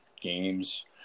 games